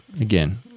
Again